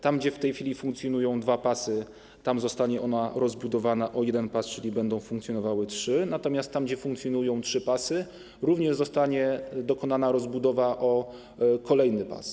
Tam, gdzie w tej chwili funkcjonują dwa pasy, zostanie ona rozbudowana o jeden pas, czyli będą funkcjonowały trzy, natomiast tam, gdzie funkcjonują trzy pasy, również zostanie dokonana rozbudowa o kolejny pas.